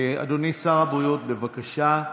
אדוני שר הבריאות, בבקשה,